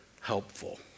helpful